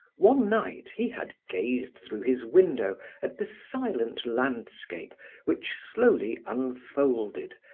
one night he had gazed through his window at the silent landscape which slowly unfolded,